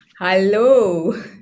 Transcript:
Hello